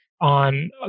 on